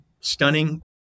stunning